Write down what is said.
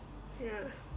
ya